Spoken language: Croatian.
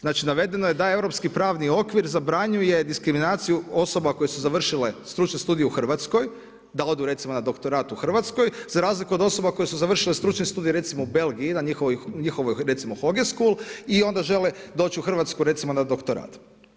Znači navedeno je da europski pravni okvir zabranjuje diskriminaciju osoba koje su završile stručne studije u Hrvatskoj, da odu recimo na doktorat u Hrvatskoj za razliku od osoba koje su završile stručni studij recimo u Belgiji na njihovoj recimo Hogeschool i onda žele doći u Hrvatsku na recimo doktorat.